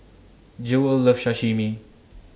Jewell loves Sashimi